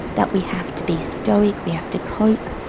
that we have to be stoic, we have to cope.